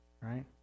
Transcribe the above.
Right